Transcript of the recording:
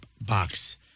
box